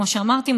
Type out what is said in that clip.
כמו שאמרתי,